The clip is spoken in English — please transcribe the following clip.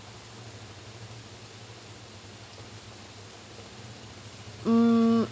mm